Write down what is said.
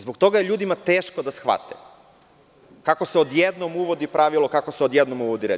Zbog toga je ljudima teško da shvate kako se odjednom uvodi pravilo, kako se odjednom uvodi red.